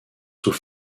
sous